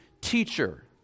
teacher